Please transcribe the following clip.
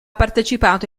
partecipato